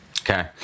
Okay